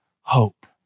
hope